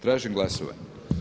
Tažim glasovanje.